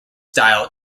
style